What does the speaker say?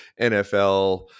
NFL